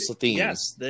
Yes